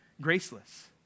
graceless